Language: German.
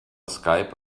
skype